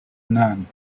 none